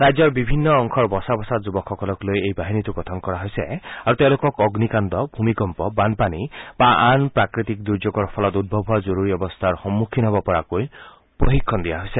ৰাজ্যৰ বিভিন্ন অংশৰ বচা বচা যুৱকসকলক লৈ এই বাহিনীটো গঠন কৰা হৈছে আৰু তেওঁলোকক অগ্নিকাণ্ড ভূমিকম্প বানপানী বা আন প্ৰাকৃতিক দূৰ্যোগৰ ফলত উদ্ভৱ হোৱা জৰুৰী অৱস্থাৰ সন্মুখীন হ'ব পৰাকৈ প্ৰশিক্ষণ দিয়া হৈছে